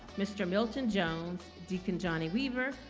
mr. milton jones deacon johnny weaver,